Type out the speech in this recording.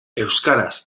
euskaraz